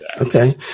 okay